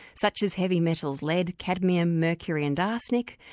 such as heavy metals lead, cadmium, mercury and arsenic,